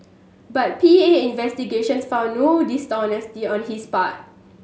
but P A investigations found no dishonesty on his part